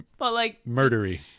murdery